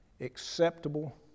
acceptable